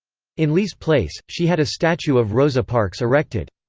in lee's place, she had a statue of rosa parks erected.